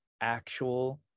actual